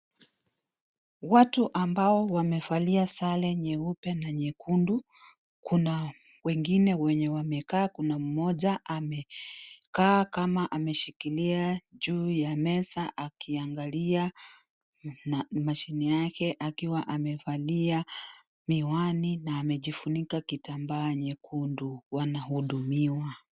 Watu ambao wamevalia sare nyeupe na nyekundu kuna wengine wenye wamekaa kuna mmoja amekaa kama ameshikilia juu ya meza akiangalia mashine yake akiwa amevalia miwani na amejifunika kitambaa nyekundu, wanahudumiwa.